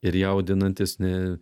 ir jaudinantis ne